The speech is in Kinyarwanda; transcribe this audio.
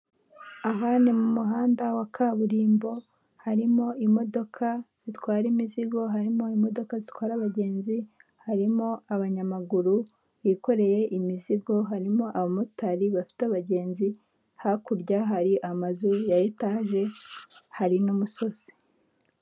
Aha ni mu muhanda wa kaburimbo harimo imodoka zitwara imizigo, harimo imodoka zitwara abagenzi, harimo abanyamaguru, bikoreye imizigo harimo abamotarari bafite abagenzi, hakurya hari amazu ya etaje hari n'umusozi.